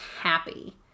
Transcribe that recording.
happy